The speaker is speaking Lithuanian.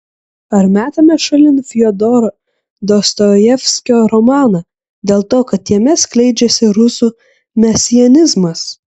ar metame šalin fiodoro dostojevskio romaną dėl to kad jame skleidžiasi rusų mesianizmas